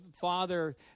Father